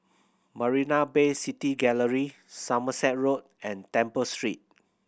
Marina Bay City Gallery Somerset Road and Temple Street